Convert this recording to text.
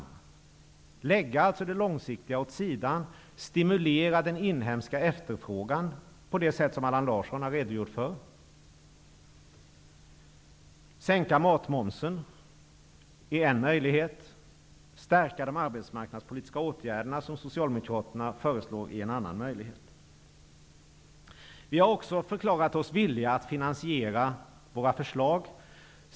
Man skulle där lägga det långsiktiga åt sidan och stimulera den inhemska efterfrågan på det sätt som Allan Larsson har redogjort för. Att sänka matmomsen är en möjlighet. Att stärka de arbetsmarknadspolitiska åtgärderna, som Socialdemokraterna föreslår, är en annan möjlighet. Vi har också förklarat oss villiga att finansiera våra förslag.